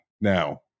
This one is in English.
now